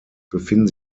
befinden